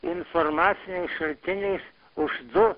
informaciniais šaltiniais už du